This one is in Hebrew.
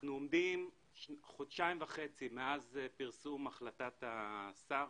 אנחנו עומדים שנתיים וחצי מאז פרסום החלטת השר.